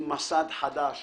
יצרתי מסד חדש